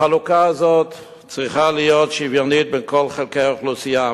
החלוקה הזאת צריכה להיות שוויונית בין כל חלקי האוכלוסייה.